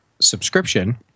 subscription